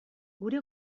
gure